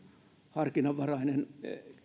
harkinnanvarainen